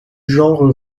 genre